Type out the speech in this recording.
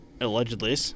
Allegedly